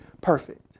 perfect